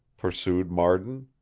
pursued marden.